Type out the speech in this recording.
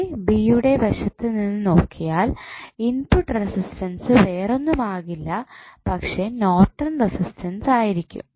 A ബിയുടെ വശത്തു നിന്ന് നോക്കിയാൽ ഇൻപുട്ട് റെസിസ്റ്റൻസ് വേറൊന്നുമാകില്ല പക്ഷേ നോർട്ടൺ റെസിഡൻസ് ആയിരിക്കും